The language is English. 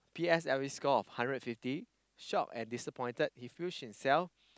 P_S_L_E score of hundred and fifty shocked and disappointed he pushed himself